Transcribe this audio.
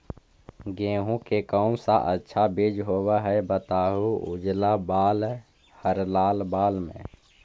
गेहूं के कौन सा अच्छा बीज होव है बताहू, उजला बाल हरलाल बाल में?